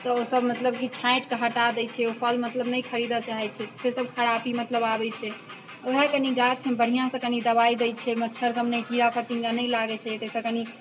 तऽ ओसब मतलब कि छाँटि कऽ हटा दै छै ओ फल मतलब नहि खरीदए चाहैत छै से सब खरापी मतलब आबैत छै ओहए कनी गाछमे बढ़िआँसँ कनी दवाइ दै छै मच्छर सब नहि कीड़ा फतिङ्गा नहि लागैत छै एतऽसँ कनी